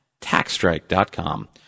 taxstrike.com